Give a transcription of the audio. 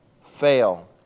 fail